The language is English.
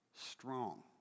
strong